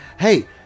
Hey